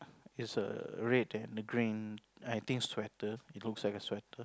is a red and a green I think sweater it looks like a sweater